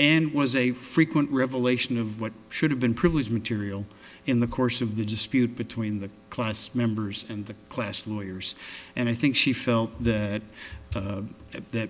and was a frequent revelation of what should have been privileged material in the course of the dispute between the class members and the class lawyers and i think she felt that that